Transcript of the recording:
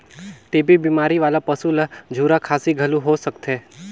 TB बेमारी वाला पसू ल झूरा खांसी घलो हो सकथे